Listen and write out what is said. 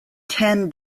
ten